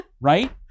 Right